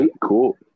Cool